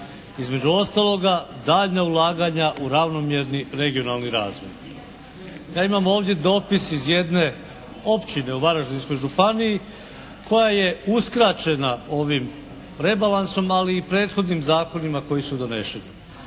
između ostaloga daljnja ulaganja u ravnomjerni regionalni razvoj. Ja imam ovdje dopis iz jedne općine u Varaždinskoj županiji koja je uskraćenja ovim rebalansom ali i prethodnim zakonima koji su doneseni.